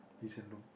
Lee-Hsien-Loong